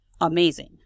amazing